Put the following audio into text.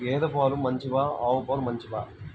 గేద పాలు మంచివా ఆవు పాలు మంచివా?